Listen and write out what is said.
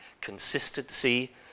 consistency